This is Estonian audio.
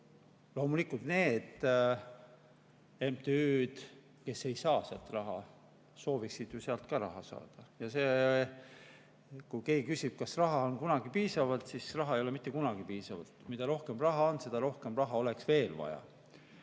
Loomulikult need MTÜ-d, kes ei saa sealt raha, sooviksid ju ka sealt saada. Kui keegi küsib, kas raha on kunagi piisavalt, siis raha ei ole mitte kunagi piisavalt. Mida rohkem raha on, seda rohkem raha oleks veel vaja.